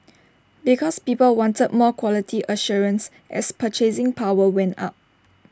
because people wanted more quality assurance as purchasing power went up